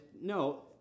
no